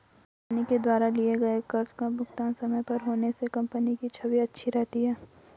company के द्वारा लिए गए कर्ज का भुगतान समय पर होने से कंपनी की छवि अच्छी रहती है